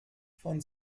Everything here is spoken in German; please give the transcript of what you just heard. von